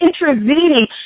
intervening